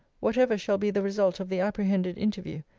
whatever shall be the result of the apprehended interview,